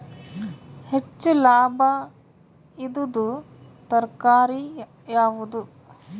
ಹೆಚ್ಚು ಲಾಭಾಯಿದುದು ತರಕಾರಿ ಯಾವಾದು?